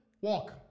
walk